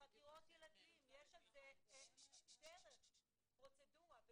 יש לזה דרך, פרוצדורה.